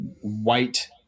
white